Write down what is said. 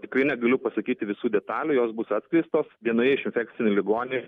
tikrai negaliu pasakyti visų detalių jos bus atskleistos vienoje iš infekcinių ligoninių